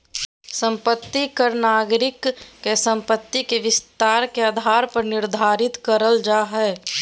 संपत्ति कर नागरिक के संपत्ति के विस्तार के आधार पर निर्धारित करल जा हय